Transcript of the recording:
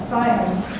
Science